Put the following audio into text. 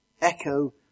echo